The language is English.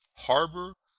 harbor,